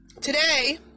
today